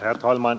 Herr talman!